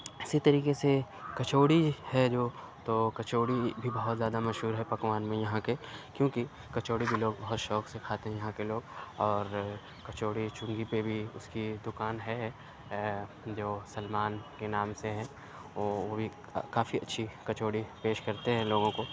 اِسی طریقے سے کچوڑی ہے جو تو کچوڑی بھی بہت زیادہ مشہور ہے پکوان میں یہاں کے کیوں کہ کچوڑی بھی لوگ بہت شوق سے کھاتے ہیں یہاں کے لوگ اور کچوڑی چُنگی پہ بھی اُس کی دُکان ہے جو سلمان کے نام سے ہے وہ بھی کافی اچھی کچوڑی پیش کرتے ہیں لوگوں کو